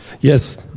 Yes